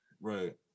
Right